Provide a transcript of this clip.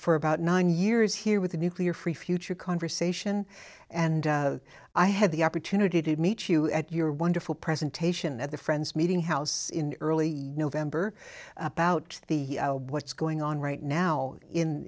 for about nine years here with the nuclear free future conversation and i had the opportunity to meet you at your wonderful presentation at the friends meeting house in early november about the what's going on right now in